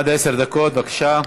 עד עשר דקות, בבקשה.